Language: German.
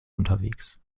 unterwegs